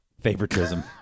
Favoritism